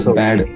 bad